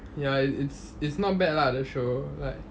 ya it it's it's not bad lah the show like